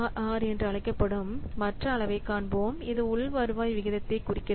R என்று அழைக்கப்படும் மற்ற அளவைக் காண்போம் இது உள் வருவாய் விகிதத்தைக் குறிக்கிறது